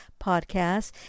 podcast